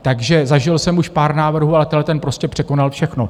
Takže zažil jsem už pár návrhů, ale tenhleten prostě překonal všechno.